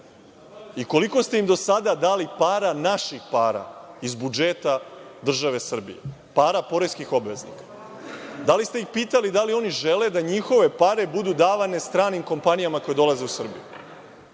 I koliko ste im do sada dali para, naših para iz budžeta države Srbije, para poreskih obveznika? Da li ste ih pitali da li oni žele da njihove pare budu davane stranim kompanijama koje dolaze u Srbiju?